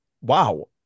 Wow